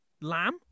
lamb